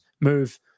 move